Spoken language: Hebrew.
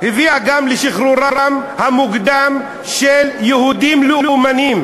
הביאה גם לשחרורם המוקדם של יהודים לאומנים,